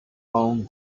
own